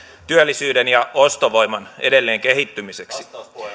työllisyyden ja ostovoiman edelleen kehittymiseksi